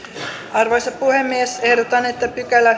arvoisa puhemies ehdotan että seitsemäskymmenesensimmäinen a pykälä